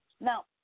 Now